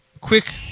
quick